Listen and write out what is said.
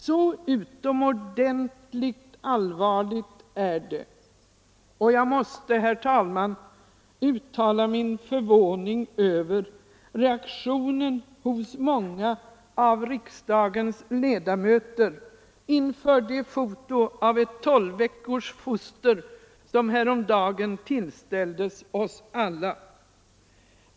Så utomordentligt allvarligt är det. Jag måste, herr talman, uttala min förvåning över reaktionen hos många av riksdagens ledamöter inför det foto av ett tolvveckors foster som häromdagen tillställdes oss alla.